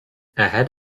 ahead